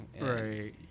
right